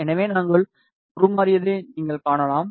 எனவே நாங்கள் உருமாறியதை நீங்கள் காணலாம்